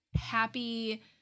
happy